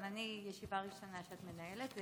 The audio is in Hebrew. גם אני בישיבה ראשונה שאת מנהלת.